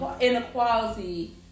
inequality